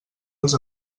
els